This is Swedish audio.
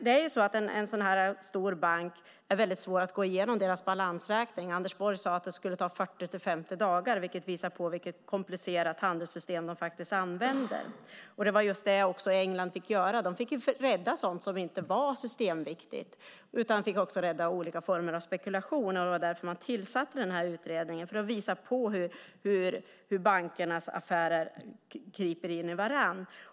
Det är svårt att gå igenom balansräkningen för en så stor bank. Anders Borg sade att det skulle ta 40-50 dagar. Det visar vilket komplicerat handelssystem de använder. Det var så England fick göra. Man fick rädda sådant som inte var systemviktigt, utan också olika former av spekulation. Man tillsatte utredningen för att visa hur bankernas affärer kryper in i varandra.